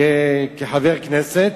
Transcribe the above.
כחבר כנסת,